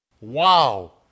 Wow